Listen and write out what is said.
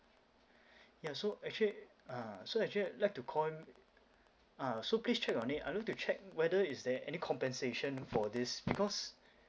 ya so actually uh so actually like to call in uh so please check on it I need to check whether is there any compensation for this because